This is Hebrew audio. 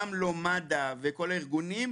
גם לא מד"א וכל הארגונים,